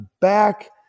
back